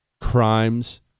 Crimes